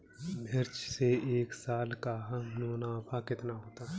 मिर्च से एक साल का मुनाफा कितना होता है?